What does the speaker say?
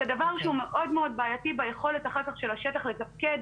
זה דבר שהוא מאוד מאוד בעייתי אחר כך ביכולת של השטח לתפקד